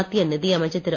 மத்திய நிதி அமைச்சர் திரு